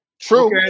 True